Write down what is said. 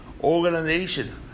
organization